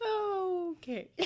Okay